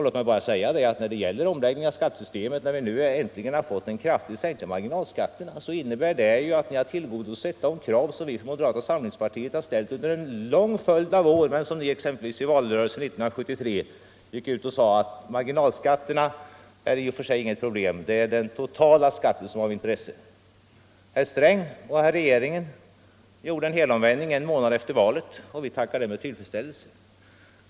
Låt mig bara säga att omläggningen av skattesystemet, innefattande en kraftig sänkning av marginalskatterna, innebär att ni tillgodosett krav som vi från moderata samlingspartiet ställt under en lång följd av år. I 1973 års valrörelse sade ni att marginalskatterna inte är något problem — det är den totala skatten som är av intresse. Herr Sträng och regeringen gjorde en helomvändning en månad efter valet, och det betraktar vi med tillfredsställelse.